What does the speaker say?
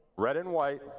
red and white,